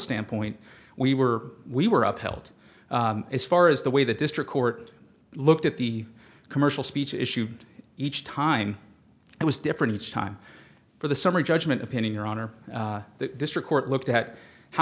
standpoint we were we were upheld as far as the way the district court looked at the commercial speech issue each time it was different it's time for the summary judgment opinion your honor the district court looked at how